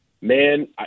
Man